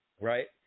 right